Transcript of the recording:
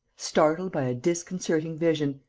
startled by a disconcerting vision,